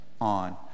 on